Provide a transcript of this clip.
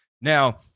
Now